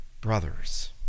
brothers